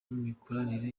n’imikoranire